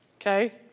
okay